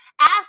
Ask